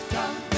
Come